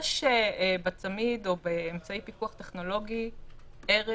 יש בצמיד או באמצעי פיקוח טכנולוגי ערך